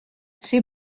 c’est